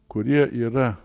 kurie yra